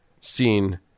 seen